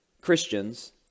Christians